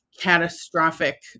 catastrophic